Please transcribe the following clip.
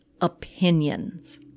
opinions